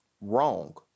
wrong